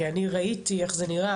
כי אני ראיתי איך זה נראה,